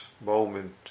moment